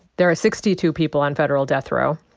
there are sixty two people on federal death row.